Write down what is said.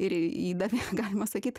ir į įdavė galima sakyt